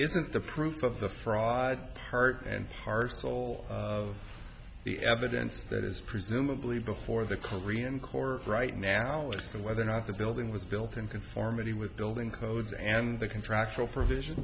isn't the proof of the fraud part and parcel of the evidence that is presumably before the korean core right now as to whether or not the building was built in conformity with building codes and the contractual provision